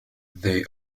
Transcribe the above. they